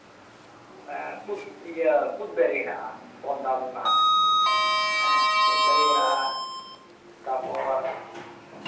ᱮᱸ ᱠᱩᱫ ᱤᱭᱟᱹ ᱠᱩᱫ ᱫᱟᱨᱮ ᱦᱮᱱᱟᱜᱼᱟ ᱠᱚᱢ ᱫᱟᱢ ᱨᱮᱭᱟᱜ ᱦᱮᱸ ᱠᱩᱫ ᱫᱟᱨᱮ ᱦᱮᱱᱟᱜᱼᱟ ᱛᱟᱯᱚᱨ